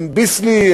"ביסלי",